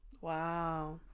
Wow